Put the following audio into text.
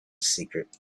secret